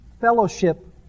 fellowship